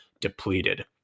depleted